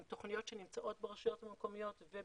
הן תוכניות שנמצאות ברשויות המקומיות ובאמצעות